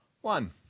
one